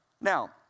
Now